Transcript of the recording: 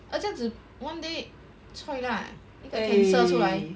哦这样子 one day !choy! lah 一个 cancer 出来